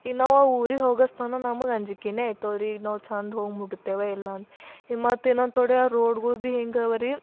ಈಗ ನಾವು ಊರಿಗೆ ಹೋಗಸ್ತನ ನಮಗ್ ಅಂಜಿಕೆನೇ ಆಗ್ತವ್ ರೀ ಈಗ ನಾವು ಚಂದ ಹೋಗಿ ಮುಟ್ತೇವಾ ಇಲ್ಲ ಅಂದ್ ಈಗ ಮತ್ತು ಇನ್ನೊಂದು ತೋಡೆ ಆ ರೋಡ್ಗಳು ಬಿ ಹೆಂಗಿವೆ ರೀ